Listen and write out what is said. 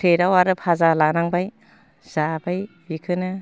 प्लेटआव आरो भाजा लानांबाय जाबाय बिखौनो